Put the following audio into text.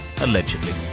allegedly